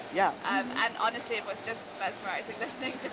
yeah um and honestly it was just mesmerizing, listening to